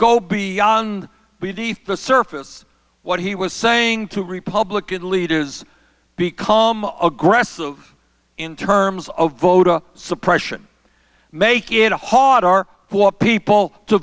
go beyond beneath the surface what he was saying to republican leaders become aggressive in terms of voter suppression make it harder for people to